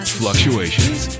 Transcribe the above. fluctuations